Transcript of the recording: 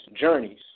journeys